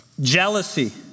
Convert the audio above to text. jealousy